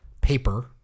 paper